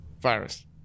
virus